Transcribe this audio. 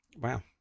Wow